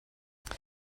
wenn